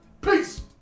Peace